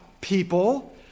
people